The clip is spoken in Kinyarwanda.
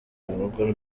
murugo